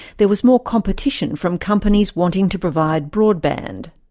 there was more competition from companies wanting to provide broadband.